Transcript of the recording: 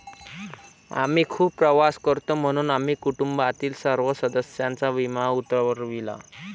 आम्ही खूप प्रवास करतो म्हणून आम्ही कुटुंबातील सर्व सदस्यांचा विमा उतरविला